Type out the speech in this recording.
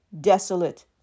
desolate